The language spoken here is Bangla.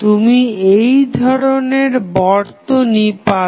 তুমি এই ধরণের বরতুনি পাবে